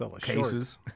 cases